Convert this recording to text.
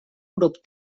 grup